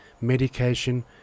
medication